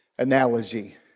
analogy